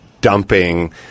dumping